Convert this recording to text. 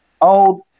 old